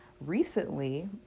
recently